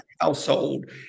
household